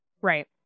Right